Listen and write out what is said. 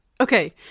Okay